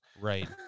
Right